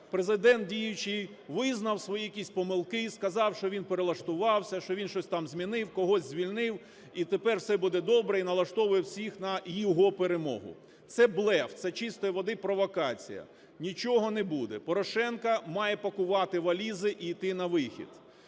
Президент діючий визнав свої якісь помилки і сказав, що він перелаштувався, що він щось там змінив, когось звільнив, і тепер все буде добре, і налаштовує всіх на його перемогу. Це блеф, це чистої води провокація. Нічого не буде. Порошенко має пакувати валізи і йти на вихід.